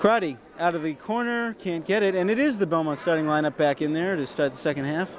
crowdy out of the corner can't get it and it is the belmont starting line up back in there to start the second half